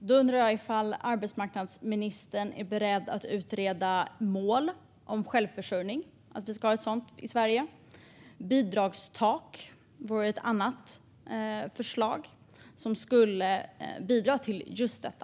Fru talman! Jag undrar om arbetsmarknadsministern är beredd att utreda att vi i Sverige ska ha ett mål om självförsörjning. Bidragstak är ett annat förslag som skulle bidra till just detta.